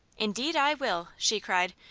indeed i will! she cried.